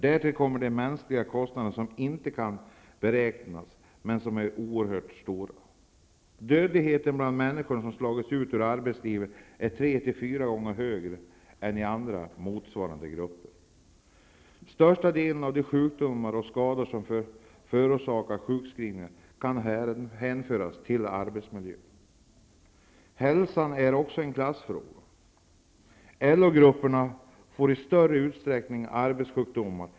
Därtill kommer de mänskliga kostnaderna som inte kan beräknas, men som är oerhört stora. Dödligheten bland människor som slagits ut ur arbetslivet är tre fyra gånger högre än i andra motsvarande grupper. Största delen av de sjukdomar och skador som förorsakar sjukskrivningar kan hänföras till arbetsmiljön. Hälsan är också en klassfråga. LO-grupperna får i större utsträckning än andra arbetssjukdomar.